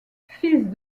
fils